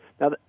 Now